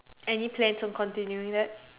any plans on continuing that